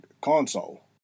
console